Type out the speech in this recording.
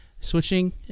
Switching